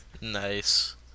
Nice